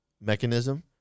mechanism